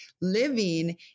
living